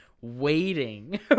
waiting